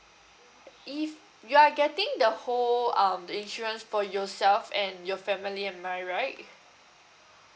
if you are getting the whole um the insurance for yourself and your family am I right